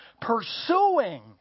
pursuing